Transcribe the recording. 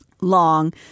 long